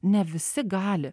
ne visi gali